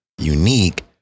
Unique